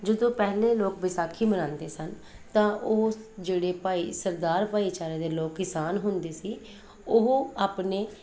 ਜਦੋਂ ਪਹਿਲੇ ਲੋਕ ਵਿਸਾਖੀ ਮਨਾਉਂਦੇ ਸਨ ਤਾਂ ਉਹ ਜਿਹੜੇ ਭਾਈ ਸਰਦਾਰ ਭਾਈਚਾਰੇ ਦੇ ਲੋਕ ਕਿਸਾਨ ਹੁੰਦੇ ਸੀ ਉਹ ਆਪਣੇ